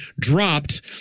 dropped